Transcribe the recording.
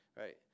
right